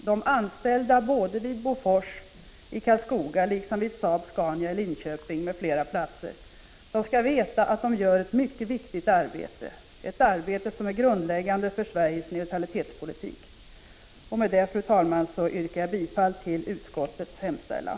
De anställda vid AB Bofors i Karlskoga liksom vid Saab-Scania i Linköping m.fl. platser skall veta att de gör ett mycket viktigt arbete — ett arbete som är grundläggande för Sveriges neutralitetspolitik. Med detta, fru talman, yrkar jag bifall till utskottets hemställan.